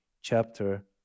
chapter